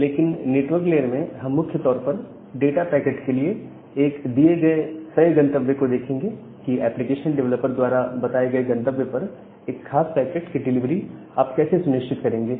लेकिन network layer में हम मुख्य तौर पर डाटा पैकेट के लिए एक दिए गए तय गंतव्य को देखेंगे कि एप्लीकेशन डेवेलपर द्वारा बताए गए गंतव्य पर एक खास पैकेट की डिलीवरी आप कैसे सुनिश्चित करेंगे